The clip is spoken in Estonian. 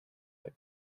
või